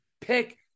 pick